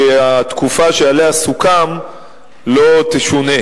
שהתקופה שסוכם עליה לא תשונה.